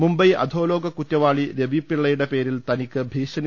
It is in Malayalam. മുംബൈ അധോലോക് കുറ്റവാളി രവി പിള്ളയുടെ പേരിൽ തനിക്ക് ഭീഷണി